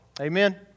Amen